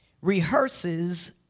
rehearses